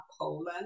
Poland